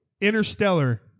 Interstellar